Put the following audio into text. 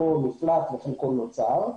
חלקו נפלט וחלקו נוצר,